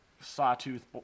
sawtooth